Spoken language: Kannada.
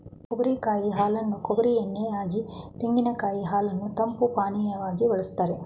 ಕೊಬ್ಬರಿ ಕಾಯಿ ಹಾಲನ್ನು ಕೊಬ್ಬರಿ ಎಣ್ಣೆ ಯಾಗಿ, ತೆಂಗಿನಕಾಯಿ ಹಾಲನ್ನು ತಂಪು ಪಾನೀಯವಾಗಿ ಬಳ್ಸತ್ತರೆ